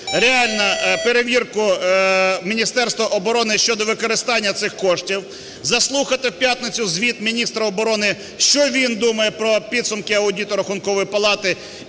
реально перевірку Міністерства оборони щодо використання цих коштів, заслухати в п'ятницю звіт міністра оборони, що він думає про підсумки аудиту Рахункової палати